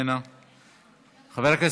לכאבנו